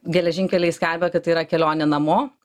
geležinkeliai skelbia kad tai yra kelionė namo